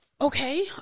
Okay